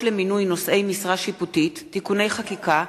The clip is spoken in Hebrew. למינוי נושאי משרה שיפוטית (תיקוני חקיקה),